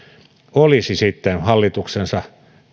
olisi sitten hallituksensa